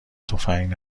تفنگ